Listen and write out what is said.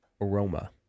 aroma